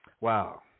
Wow